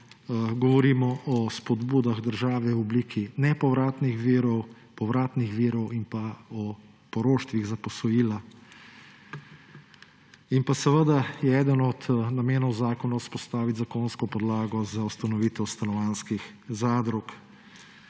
govorimo o spodbudah države v obliki nepovratnih virov, povratnih virov in o poroštvih za posojila. In seveda je eden od namenov zakona vzpostaviti zakonsko podlago za ustanovitev stanovanjskih zadrug.